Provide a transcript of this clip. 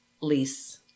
lease